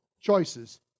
choices